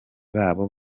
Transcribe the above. babo